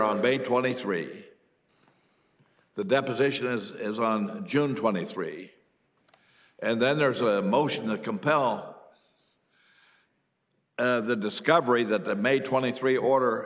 on bay twenty three the deposition as is on june twenty three and then there is a motion to compel the discovery that the made twenty three order